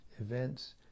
events